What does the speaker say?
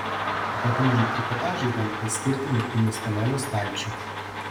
apatiniam trikotažui galite skirti naktinio stalelio stalčių